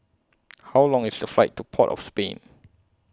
How Long IS The Flight to Port of Spain